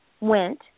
went